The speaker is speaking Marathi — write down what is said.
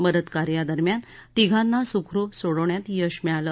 मदतकार्यादरम्यान तिघांना सुखरुप सोडवण्यात यश मिळालं